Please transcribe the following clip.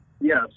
Yes